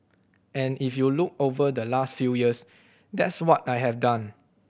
and if you look over the last few years that's what I have done